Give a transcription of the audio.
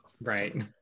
Right